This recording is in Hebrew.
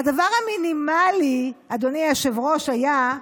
הדבר המינימלי, אדוני היושב-ראש, היה,